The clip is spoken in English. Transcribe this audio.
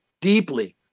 deeply